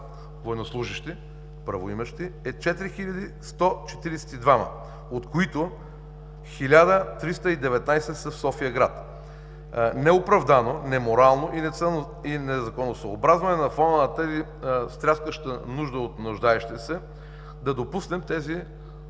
военнослужещи, правоимащи, е 4142, от които 1319 са в София-град. Неоправдано, неморално и незаконосъобразно е на фона на тази стряскаща цифра от нуждаещи се, да допуснем тези